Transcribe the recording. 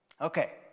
Okay